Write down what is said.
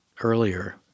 earlier